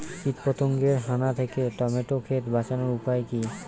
কীটপতঙ্গের হানা থেকে টমেটো ক্ষেত বাঁচানোর উপায় কি?